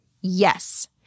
Yes